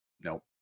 Nope